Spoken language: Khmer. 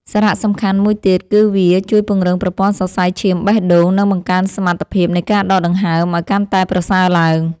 សារៈសំខាន់មួយទៀត គឺវាជួយពង្រឹងប្រព័ន្ធសរសៃឈាមបេះដូង និងបង្កើនសមត្ថភាពនៃការដកដង្ហើមឱ្យកាន់តែប្រសើរឡើង។